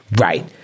right